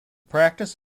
practice